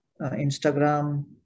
Instagram